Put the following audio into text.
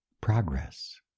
progress